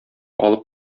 алып